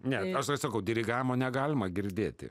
ne aš tau sakau dirigavimo negalima girdėti